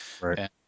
right